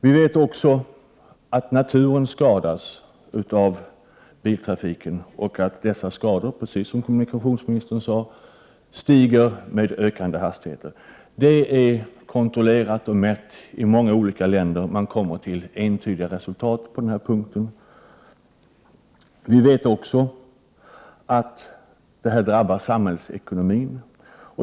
Vi vet också att naturen skadas av biltrafiken och att dessa skador, precis som kommunikationsministern sade, stiger med ökade hastigheter. Det är kontrollerat och uppmätt i många olika länder. Man kommer till entydiga resultat på den här punkten. Vi vet också att detta drabbar samhällsekonomin.